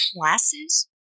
classes